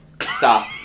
Stop